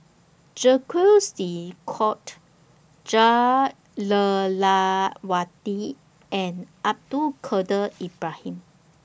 Jacques De Coutre Jah Lelawati and Abdul Kadir Ibrahim